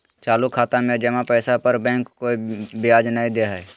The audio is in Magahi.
चालू खाता में जमा पैसा पर बैंक कोय ब्याज नय दे हइ